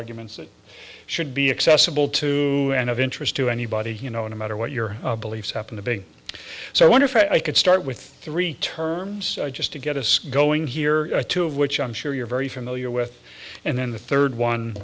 arguments that should be accessible to and of interest to anybody you know no matter what your beliefs happen the big so i wonder if i could start with three terms just to get us going here two of which i'm sure you're very familiar with and then the third one